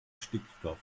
stickstoff